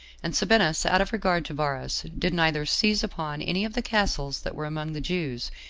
and sabinus, out of regard to varus, did neither seize upon any of the castles that were among the jews,